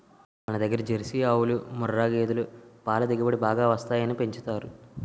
మనదగ్గర జెర్సీ ఆవులు, ముఱ్ఱా గేదులు పల దిగుబడి బాగా వస్తాయని పెంచుతారు